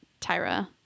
Tyra